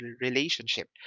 relationship